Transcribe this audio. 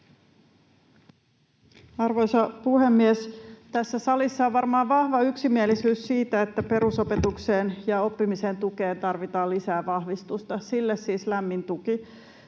Arvoisa puhemies! Tässä salissa on varmaan vahva yksimielisyys siitä, että perusopetukseen ja oppimisen tukeen tarvitaan lisää vahvistusta — sille siis lämmin tuki.